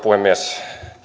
puhemies